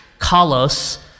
Kalos